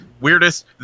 weirdest